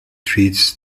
treats